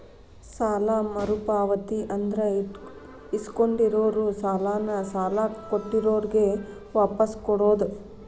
ಸಾಲ ಮರುಪಾವತಿ ಅಂದ್ರ ಇಸ್ಕೊಂಡಿರೋ ಸಾಲಾನ ಸಾಲ ಕೊಟ್ಟಿರೋರ್ಗೆ ವಾಪಾಸ್ ಕೊಡೋದ್